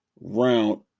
round